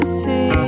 see